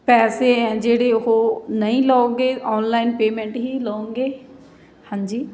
ਪੈਸੇ ਹੈ ਜਿਹੜੇ ਉਹ ਨਹੀਂ ਲਉਂਗੇ ਔਨਲਾਈਨ ਪੇਮੈਂਟ ਹੀ ਲਉਂਗੇ ਹਾਂਜੀ